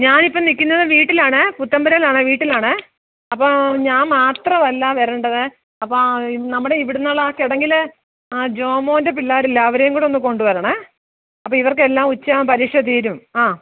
ഞാൻ ഇപ്പം നിൽക്കുന്നത് വീട്ടിലാണ് പുത്തമ്പുരയിലാണ് വീട്ടിലാണ് അപ്പോൾ ഞാൻ മാത്രമല്ല വരേണ്ടത് അപ്പം നമ്മുടെ ഇവിടെ നിന്നുള്ള ആ കിടങ്ങിലെ ആ ജോമോന്റെ പിള്ളാർ ഇല്ലെ അവരേയും കൂടെ ഒന്ന് കൊണ്ടു വരണം അപ്പം ഇവർക്കെല്ലാം ഉച്ചയാകുമ്പം പരീക്ഷ തീരും അ